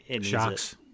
shocks